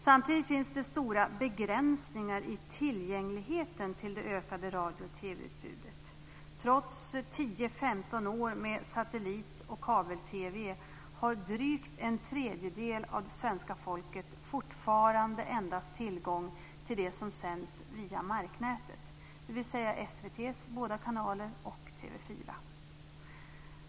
Samtidigt finns det stora begränsningar i tillgängligheten till det ökade radio och TV-utbudet. Trots tio-femton år med satellit och kabel-TV har drygt en tredjedel av svenska folket fortfarande endast tillgång till det som sänds via marknätet, dvs. SVT:s båda kanaler och TV 4.